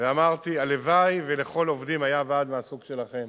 אמרתי, הלוואי שלכל העובדים היה ועד מהסוג שלכם,